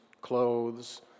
clothes